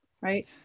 right